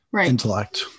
intellect